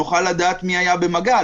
נוכל לדעת מי היה במגע.